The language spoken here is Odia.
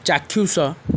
ଚାକ୍ଷୁଷ